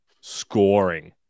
scoring